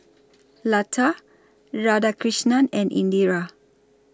Lata Radhakrishnan and Indira